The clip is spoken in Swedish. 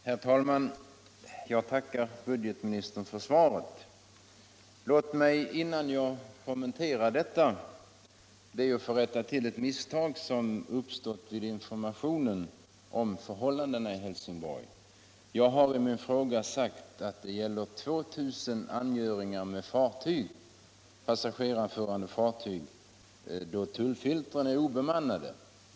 Herr talman! Jag tackar budgetministern för svaret. Låt mig, innan jag kommenterar svaret, få rätta till ett misstag som uppstått vid informationen om förhållandena i Helsingborg. Jag har i min fråga sagt att tullfiltren är obemannade vid 2 000 angöringar med passagerarförande fartyg. Det är fel.